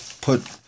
put